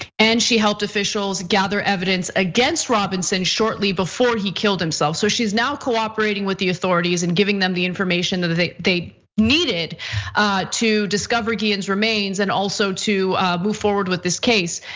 and she helped officials gather evidence against robinson shortly before he killed himself. so she's now cooperating with the authorities and giving them the information that they they needed to discover guillen's remains, and also to move forward with this case.